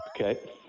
Okay